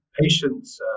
Patients